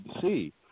see